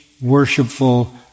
worshipful